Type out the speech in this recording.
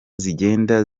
zigenda